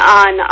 on